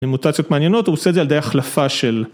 למוטציות מעניינות, הוא עושה את זה על ידי החלפה של